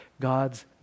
God's